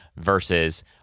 versus